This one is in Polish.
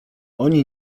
oni